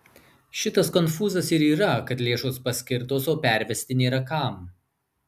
šitas konfūzas ir yra kad lėšos paskirtos o pervesti nėra kam